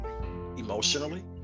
emotionally